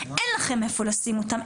אין לכם איפה לשים אותם,